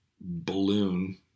balloon